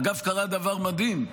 אגב, קרה דבר מדהים.